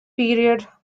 period